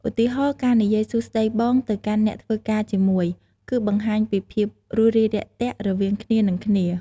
ឧទាហណ៍ ការនិយាយ «សួស្ដីបង» ទៅកាន់អ្នកធ្វើការជាមួយ គឺបង្ហាញពីភាពរួសរាយរាក់ទាក់រវាងគ្នានិងគ្នា។